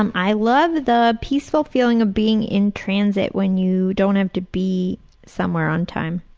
um i love the peaceful feeling of being in transit when you don't have to be somewhere on time.